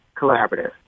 Collaborative